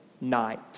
night